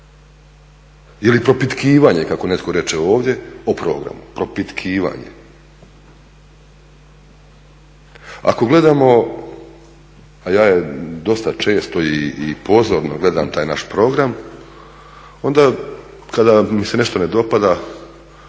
li propitkivanje kako netko reče ovdje o programu, propitkivanje? Ako gledamo, a ja dosta često i pozorno gledam taj naš program, onda kada mi se nešto ne dopada